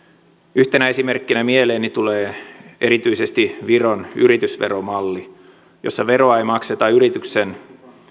yhtenä esimerkkinä mieleeni tulee erityisesti viron yritysveromalli jossa veroa ei makseta yrityksen